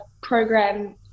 program